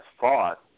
fought